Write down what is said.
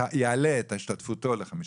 יעלה את השתתפותו ל-50%?